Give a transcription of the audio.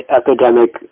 epidemic